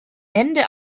ende